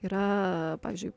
yra pavyzdžiui